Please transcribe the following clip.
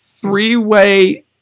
three-way